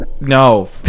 No